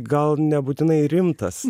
gal nebūtinai rimtas